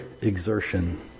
exertion